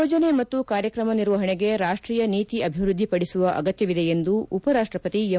ಯೋಜನೆ ಮತ್ತು ಕಾರ್ಯಕ್ರಮ ನಿರ್ವಹಣೆಗೆ ರಾಷ್ಸೀಯ ನೀತಿ ಅಭಿವೃದ್ದಿ ಪಡಿಸುವ ಅಗತ್ಯವಿದೆ ಎಂದು ಉಪರಾಷ್ಸಪತಿ ಎಂ